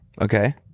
Okay